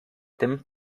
tym